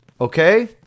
Okay